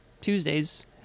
Tuesdays